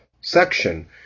section